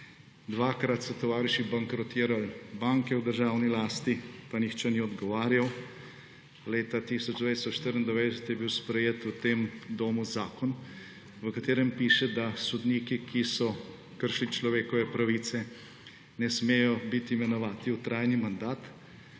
Dvakrat so tovariši bankrotirali banke v državni lasti, pa nihče ni odgovarjal. Leta 1994 je bil sprejet v temu domu zakon, v katerem piše, da sodniki, ki so kršili človekove pravice, ne smejo biti imenovani v trajni mandat.